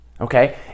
okay